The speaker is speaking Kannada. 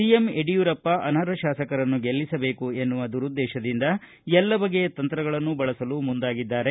ಸಿಎಂ ಯಡಿಯೂರಪ್ಪ ಅನರ್ಹ ಶಾಸಕರನ್ನು ಗೆಲ್ಲಿಸಬೇಕೆಂಬ ದುರುದ್ದೇತದಿಂದ ಎಲ್ಲ ಬಗೆಯ ತಂತ್ರಗಳನ್ನು ಬಳಸಲು ಮುಂದಾಗಿದ್ದಾರೆ